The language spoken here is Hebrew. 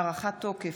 הארכת תוקף),